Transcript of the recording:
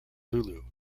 lulu